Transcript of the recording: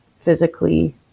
physically